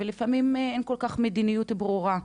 ולפעמים אין מדיניות כל כך ברורה.